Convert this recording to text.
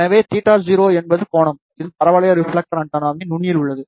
எனவே θ0 என்பது கோணம் இது பரவளைய ரிப்ஃலெக்டர் ஆண்டெனாவின் நுனியில் உள்ளது